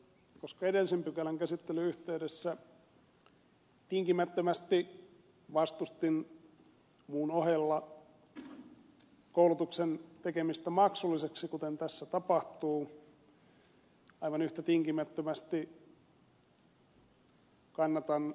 koska edellisen kohdan käsittelyn yhteydessä tinkimättömästi vastustin muun ohella koulutuksen tekemistä maksulliseksi kuten tässä tapahtuu aivan yhtä tinkimättömästi kannatan ed